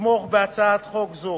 לתמוך בהצעת חוק זו,